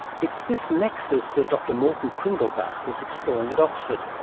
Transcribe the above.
it's this nexus that dr. morten kringelbach is exploring at oxford.